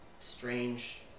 strange